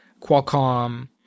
Qualcomm